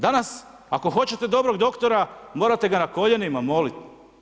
Danas ako hoćete dobrog doktora morate ga na koljenima moliti.